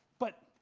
but,